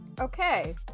Okay